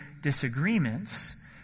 disagreements